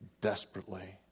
desperately